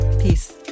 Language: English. peace